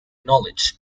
knowledge